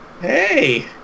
hey